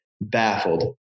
baffled